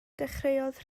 dechreuodd